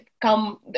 come